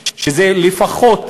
כשלפחות,